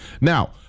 Now